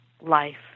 life